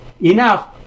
enough